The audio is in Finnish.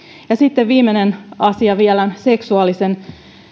sitten viimeinen asia vielä seksuaalisen